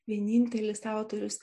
vienintelis autorius